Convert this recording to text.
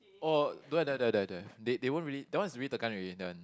oh don't have don't have don't have they they won't really that one is really tekan already that one